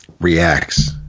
reacts